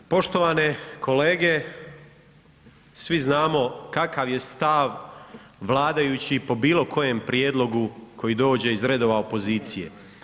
Poštovane kolege, svi znamo kakav je stav vladajućih po bilo kojem prijedlogu koji dođe iz redova opozicije.